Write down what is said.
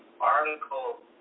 article